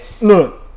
look